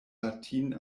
latin